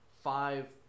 five